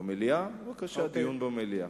דיון במליאה.